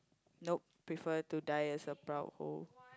nope prefer to die as a proud hoe